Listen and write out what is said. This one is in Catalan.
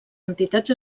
entitats